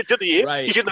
Right